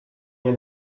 nie